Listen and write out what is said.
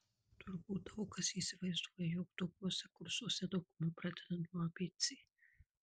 turbūt daug kas įsivaizduoja jog tokiuose kursuose dauguma pradeda nuo abc